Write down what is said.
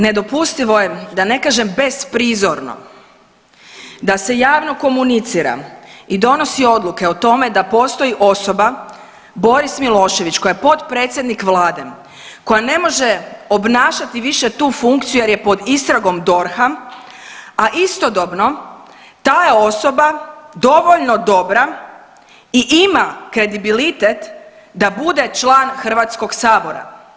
Nedopustivo je da ne kažem besprizorno da se javno komunicira i donosi odluke o tome da postoji osoba Boris Milošević koja je potpredsjednik vlade koja ne može obnašati više tu funkciju jer je pod istragom DORH-a, a istodobno ta je osoba dovoljno dobra i ima kredibilitet da bude član HS-a.